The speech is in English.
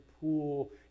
pool